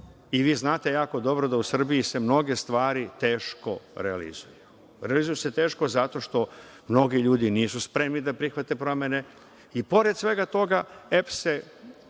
Vi znate jako dobro da se u Srbiji mnoge stvari teško realizuju. Realizuju se teško zato što mnogi ljudi nisu spremni da prihvate promene. I pored svega toga, EPS je